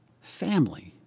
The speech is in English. family